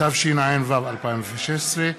התשע"ו 2016,